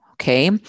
Okay